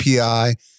API